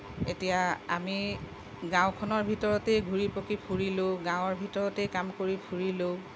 এতিয়া আমি গাঁওখনৰ ভিতৰতেই ঘূৰি পকি ফুৰিলেও গাঁৱৰ ভিতৰতেই কাম কৰি ফুৰিলেও